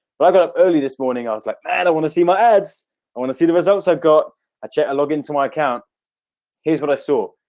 but i got up early this morning. i was like man. i want to see my ads i want to see the results. i've got i checked. i log into my account here's what i saw.